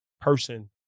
person